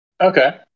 Okay